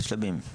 זה שלבים.